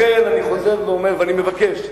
לכן, אני חוזר ואומר, ואני מבקש,